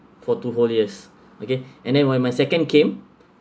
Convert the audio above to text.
for two holiest okay and then when my second came